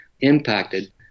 impacted